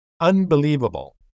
unbelievable